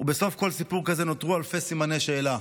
ובסוף כל סיפור כזה נותרו אלפי סימני שאלה.